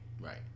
Right